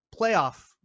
playoff